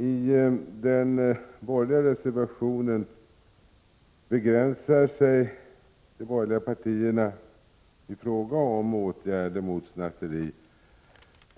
I den borgerliga reservationen begränsar sig de borgerliga partierna i fråga om åtgärder mot snatteri